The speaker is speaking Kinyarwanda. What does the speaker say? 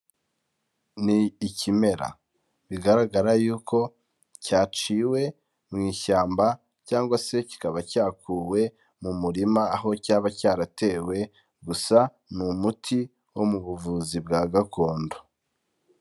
Ni ikimera bigaragara yuko cyaciwe mu ishyamba cyangwa se kikaba cyakuwe mu murima aho cyaba cyaratewe, gusa ni umuti wo mu buvuzi bwa gakondo.